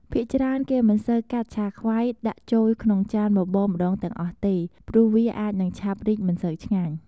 ភាគច្រើនគេមិនសូវកាត់ឆាខ្វៃដាក់ចូលក្មុងចានបបរម្តងទាំងអស់ទេ ព្រោះវាអាចនឹងឆាប់រីកមិនសូវឆ្ញាញ់។